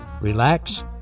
relax